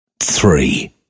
three